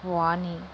Vani